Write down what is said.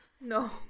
No